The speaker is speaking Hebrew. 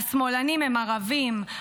השמאלנים הם ערבים,